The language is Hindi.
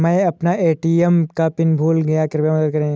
मै अपना ए.टी.एम का पिन भूल गया कृपया मदद करें